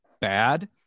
bad